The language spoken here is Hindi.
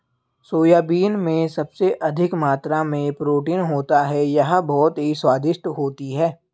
सोयाबीन में सबसे अधिक मात्रा में प्रोटीन होता है यह बहुत ही स्वादिष्ट होती हैं